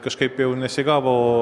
kažkaip nesigavo